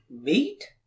Meat